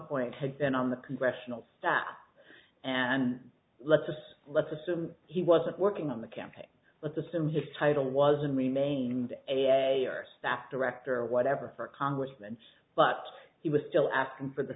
point have been on the congressional staff and let's just let's assume he wasn't working on the campaign let's assume his title was and remained a staff director or whatever for congressman but he was still asking for the